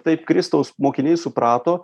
taip kristaus mokiniai suprato